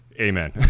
amen